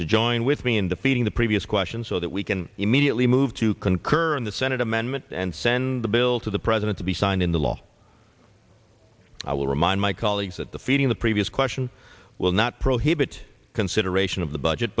to join with me in defeating the previous question so that we can immediately move to concur in the senate amendment and send the bill to the president to be signed into law i will remind my colleagues that the feeding the previous question will not prohibit consideration of the budget